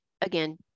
Again